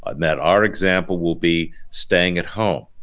um that our example will be staying at home,